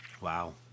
Wow